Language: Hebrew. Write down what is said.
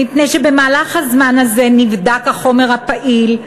מפני שבמהלך הזמן הזה נבדק החומר הפעיל.